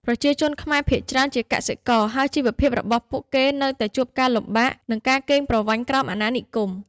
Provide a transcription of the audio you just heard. ប្រជាជនខ្មែរភាគច្រើនជាកសិករ ហើយជីវភាពរបស់ពួកគេនៅតែជួបការលំបាក និងការកេងប្រវ័ញ្ចក្រោមអាណានិគម។